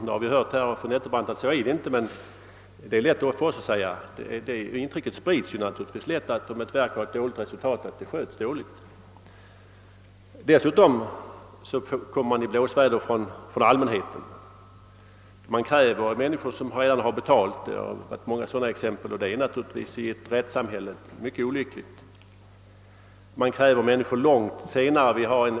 Av fru Nettelbrandt har vi hört att så icke är fallet, men om ett verk har ett dåligt arbetsresultat, så sprids naturligtvis lätt intrycket att det sköts dåligt. Vidare kommer personalen i blåsväder från allmänhetens sida. Det finns många exempel på att människor som har betalat sin skatt blivit utsatta för indrivning, och det är naturligtvis mycket olyckligt i ett rättssamhälle. Det har också hänt att man krävt människor på skatt mycket långt efter förfallodagen.